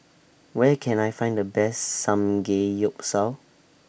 Where Can I Find The Best Samgeyopsal